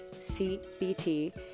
CBT